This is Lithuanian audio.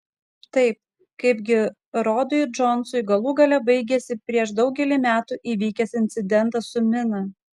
tai kaipgi rodui džonsui galų gale baigėsi prieš daugelį metų įvykęs incidentas su mina